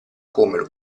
come